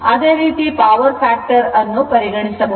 ಅದೇ ರೀತಿಯಲ್ಲಿ power factor ಅನ್ನು ಪರಿಗಣಿಸಬಹುದು